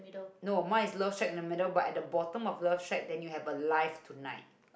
no mine is love shack in the middle but at the bottom of love shack then you have a life tonight